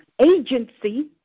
agency